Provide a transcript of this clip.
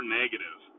negative